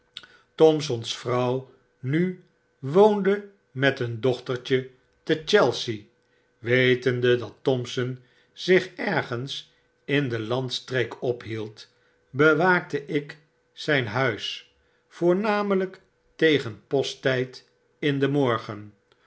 thompson's vrouw nu woonde met een dochtertje te chelsea wetende dat thompson zich ergens in de landstreek ophield bewaakte ik zijn huis voornamelgk tegen posttijd in den morgen